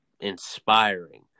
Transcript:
inspiring